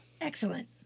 Excellent